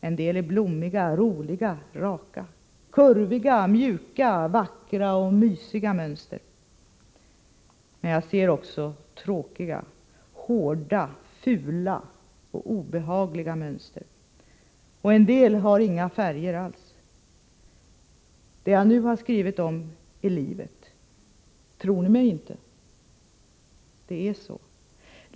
En del är blommiga, roliga, raka, kurviga, mjuka, vackra och mysiga mönster men jag ser också tråkiga, hårda, fula och obehagliga mönster och en del har inga färger alls. Det jag nu har skrivit om är livet! Tror ni mig inte? Det är så!